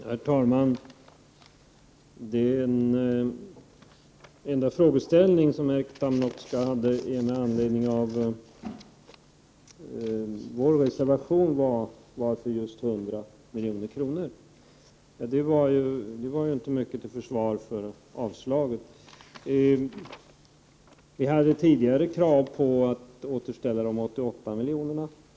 Herr talman! Den enda fråga som Erkki Tammenoksa hade med anledning av våra reservationer var: Varför just 100 milj.kr.? Det var inte mycket till försvar för avslaget! Tidigare hade vi krav på att återställa de 88 miljonerna.